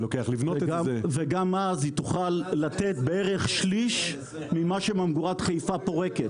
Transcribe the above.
וגם אז תוכל לתת בערך שליש ממה שממגורת חיפה פורקת.